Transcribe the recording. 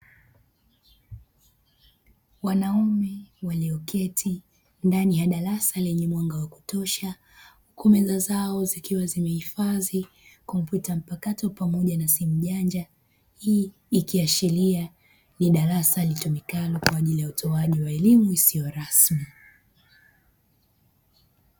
Wanaume walioketi ndani ya darasa lenye mwanga wa kutosha, huku meza zao zikiwa zimehifadhi kompyuta mpakato pamoja na simu janja, hii ikiashiria ni darasa litumikalo kwa ajili ya utoaji wa elimu isiyo rasmi.